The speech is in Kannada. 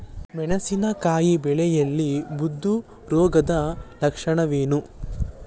ಮೆಣಸಿನಕಾಯಿ ಬೆಳೆಯಲ್ಲಿ ಬೂದು ರೋಗದ ಲಕ್ಷಣಗಳೇನು?